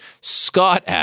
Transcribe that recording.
Scott